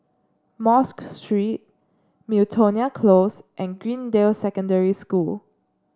Mosque Street Miltonia Close and Greendale Secondary School